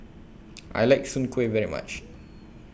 I like Soon Kuih very much